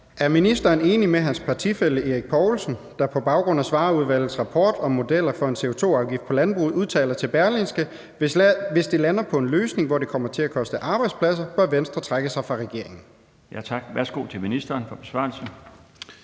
Er ministeren enig med sin partifælle Erik Poulsen, der på baggrund af Svarerudvalgets rapport om modeller for en CO2-afgift på landbruget udtaler til Berlingske: »Hvis det lander på en løsning, hvor det kommer til at koste arbejdspladser, bør Venstre trække sig fra regeringen«? Kl. 15:35 Den fg. formand